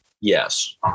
Yes